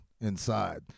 inside